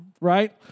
Right